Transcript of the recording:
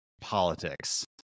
politics